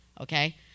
okay